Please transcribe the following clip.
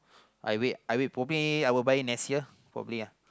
I wait I wait for me I would buy next year probably ah